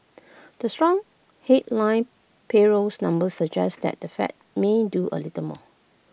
the strong headline payrolls numbers suggest that the fed may do A little more